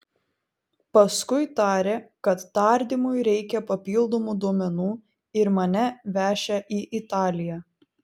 paskui tarė kad tardymui reikią papildomų duomenų ir mane vešią į italiją